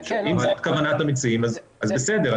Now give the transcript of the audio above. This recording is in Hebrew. אם זו כוונת המציעים אז בסדר,